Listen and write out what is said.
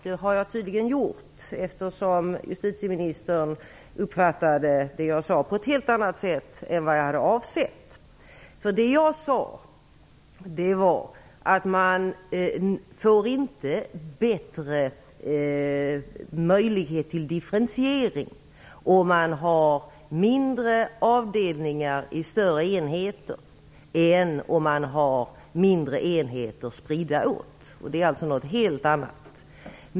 Det har jag tydligen gjort, eftersom justitieministern uppfattade vad jag sade på ett helt annat sätt än som var avsett. Jag sade att det inte blir bättre möjligheter till differentiering om man har mindre avdelningar inom större enheter än om man har mindre enheter spridda åt. Det är alltså något helt annat.